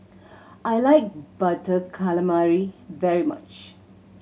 I like Butter Calamari very much